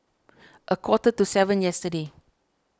a quarter to seven yesterday